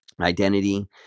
identity